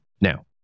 Now